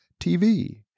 TV